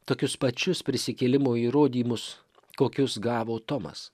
tokius pačius prisikėlimo įrodymus kokius gavo tomas